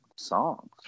songs